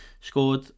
scored